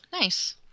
Nice